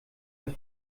des